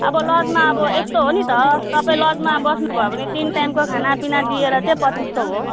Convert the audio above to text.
अब लजमा अब यस्तो हो नि त तपाईँ लजमा बस्नुभयो भने तिन टाइमको खानापिना दिएर चाहिँ पच्चिस सौ हो